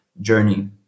journey